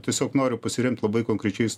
tiesiog noriu pasiremt labai konkrečiais